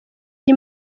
ari